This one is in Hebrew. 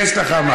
יש לך מה.